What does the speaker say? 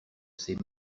ses